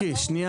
ריקי שנייה